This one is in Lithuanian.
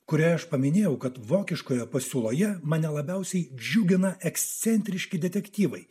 kurią aš paminėjau kad vokiškoje pasiūloje mane labiausiai džiugina ekscentriški detektyvai